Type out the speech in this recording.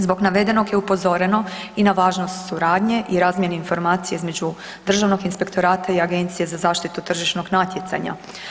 Zbog navedenog je upozoreno i na važnost suradnje i razmjene informacija između Državnog inspektorata i Agencije za zaštitu tržišnog natjecanja.